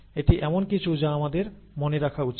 এটি এমন কিছু যা আমাদের মনে রাখা উচিত